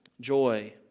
joy